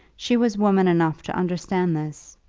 she was woman enough to understand this,